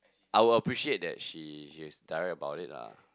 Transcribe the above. I would appreciate that she she is direct about it lah